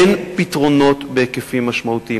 אין פתרונות בהיקפים משמעותיים.